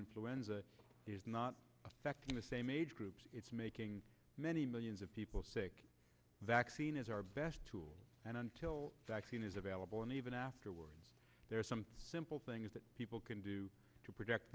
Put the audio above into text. influenza is not affecting the same age groups it's making many millions of people sick vaccine is our best tool and until vaccine is available and even afterwards there are some simple things that people can do to protect